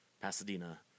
Pasadena